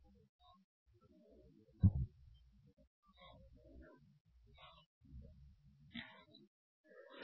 चला कनेक्शन पाहू